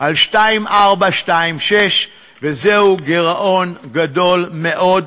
על 2.4%, 2.6%. וזהו גירעון גדול מאוד,